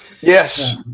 Yes